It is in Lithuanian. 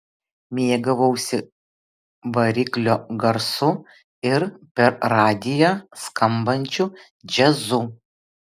mėgavausi variklio garsu ir per radiją skambančiu džiazu